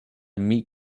meat